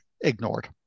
ignored